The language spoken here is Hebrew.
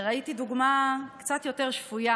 וראיתי דוגמה קצת יותר שפויה